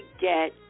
get